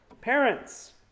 Parents